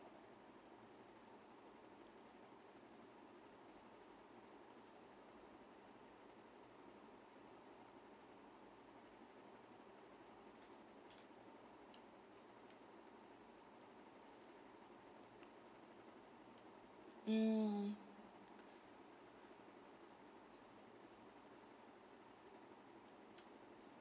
mm